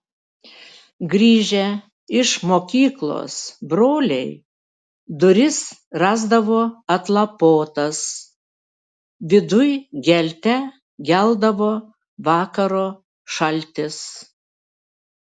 grįžę iš mokyklos broliai duris rasdavo atlapotas viduj gelte geldavo vakaro šaltis